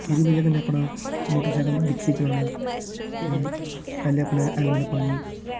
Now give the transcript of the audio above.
ते एह्दे कन्नै अपना मोटरसैकल दिक्खियै चलाना ते पैह्लें अपनी हेलमेट पानी